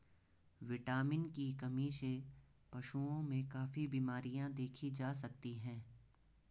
vitamin की कमी से पशुओं में काफी बिमरियाँ देखी जा सकती हैं